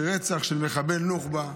רצח של מחבל נוח'בה,